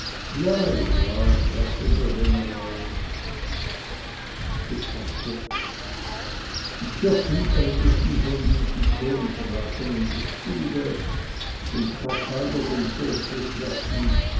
sagte der general es pochte die kirchenältesten von mythikon traten in die stube dem krachhalder den vortritt lassend